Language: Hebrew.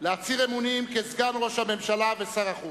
להצהיר אמונים כסגן ראש הממשלה ושר החוץ.